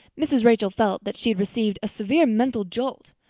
mrs. rachel felt that she had received a severe mental jolt.